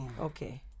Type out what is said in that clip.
Okay